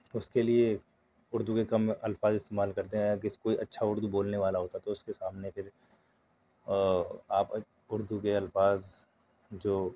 اُس کے لیے اُردو کے کم الفاظ استعمال کرتے ہیں یا کس کوئی اچھا اُردو بولنے والا ہوتا تو اُس کے سامنے پھر آپ اُردو کے الفاظ جو